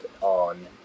on